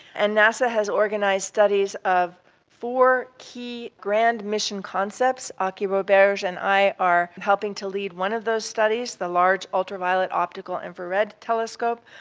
and nasa has organised studies of four key grand mission concepts, aki roberge and i are helping to lead one of those studies, the large ultraviolet optical infrared telescope,